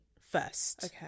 first